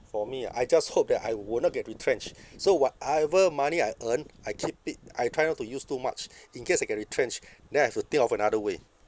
for me ah I just hope that I will not get retrenched so whatever money I earn I keep it I try not to use too much in case I get retrenched then I have to think of another way